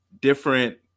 different